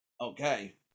okay